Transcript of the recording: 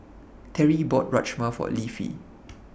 Teri bought Rajma For Leafy